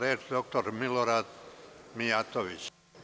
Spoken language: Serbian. Reč ima dr Milorad Mijatović.